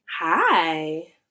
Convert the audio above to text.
Hi